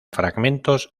fragmentos